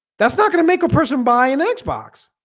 that's not gonna make a person buy an and xbox